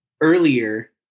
earlier